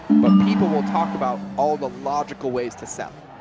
but people will talk about all the logical ways to sell,